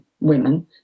women